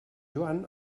joan